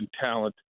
talent